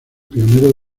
pionero